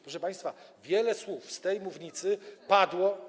Proszę państwa, wiele słów z tej mównicy padło.